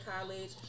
College